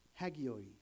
hagioi